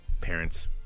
parents